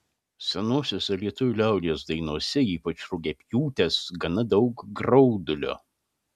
senosiose lietuvių liaudies dainose ypač rugiapjūtės gana daug graudulio